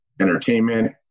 entertainment